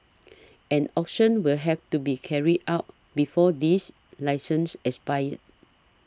an auction will have to be carried out before these licenses expire